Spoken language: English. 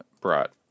brought